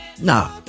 Nah